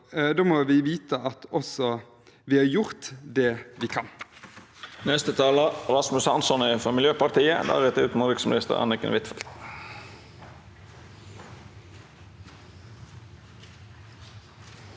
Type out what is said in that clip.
da må vi også vite at vi har gjort det vi kan.